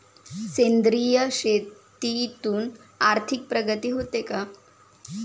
सेंद्रिय शेतीतून आर्थिक प्रगती होते का?